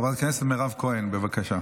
חברת הכנסת מירב כהן, בבקשה.